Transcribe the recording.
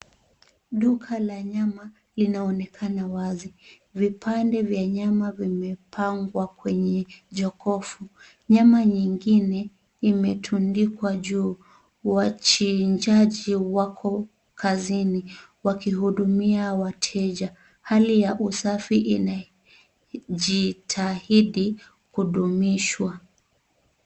Duka la nyama linaonekana wazi, vipande vya nyama vimepangwa kwenye jokofu nyama nyingine imetundikwa juu, wachinjaji wako kazini wakihudumia wateja hali inajitahidi kudumishwa.